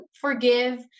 forgive